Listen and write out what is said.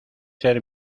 ser